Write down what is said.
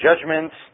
judgments